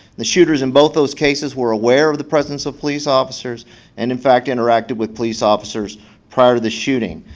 the shooters in both of those cases were aware of the presence of police officers and in fact interacted with police officers prior to the shooting.